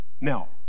Now